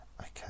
Okay